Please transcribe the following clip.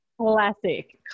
Classic